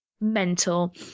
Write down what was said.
mental